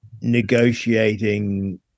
negotiating